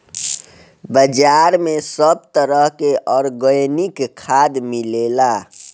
बाजार में सब तरह के आर्गेनिक खाद मिलेला